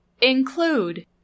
Include